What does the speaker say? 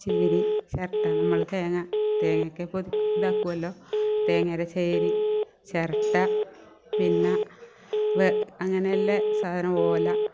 ചേരി ചിരട്ട നമ്മൾ തേങ്ങ തേങ്ങയൊക്കെ ഇതാക്കുമല്ലോ തെങ്ങേരെ ചേരി ചിരട്ട പിന്നെ അങ്ങനെയല്ലെ സാധനം ഓല